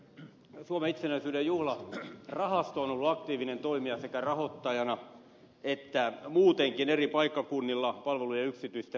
suomen itsenäisyyden juhlarahasto on ollut aktiivinen toimija sekä rahoittajana että muutenkin eri paikkakunnilla palvelujen yksityistämisessä